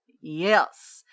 Yes